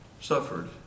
suffered